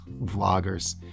vloggers